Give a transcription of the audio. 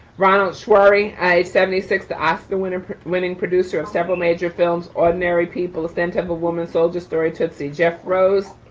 ronald schwartzberg, age seventy six, the oscar winning winning producer of several major films, ordinary people, sent up a woman, soldier story tipsy. jeff rose,